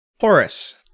Horace